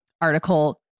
article